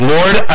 Lord